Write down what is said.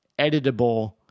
editable